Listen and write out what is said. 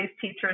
teachers